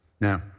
Now